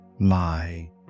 lie